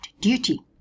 duty